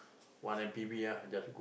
one M_P_V ah just